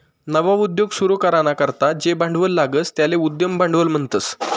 नवा उद्योग सुरू कराना करता जे भांडवल लागस त्याले उद्यम भांडवल म्हणतस